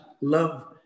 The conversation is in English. love